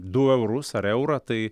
du eurus ar eurą tai